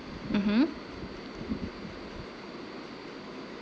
mmhmm